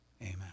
Amen